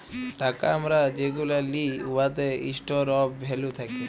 টাকা আমরা যেগুলা লিই উয়াতে ইস্টর অফ ভ্যালু থ্যাকে